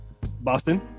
Boston